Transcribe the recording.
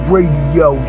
Radio